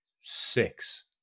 Six